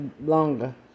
longer